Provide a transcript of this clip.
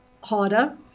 harder